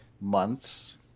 months